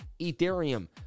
Ethereum